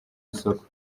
isoko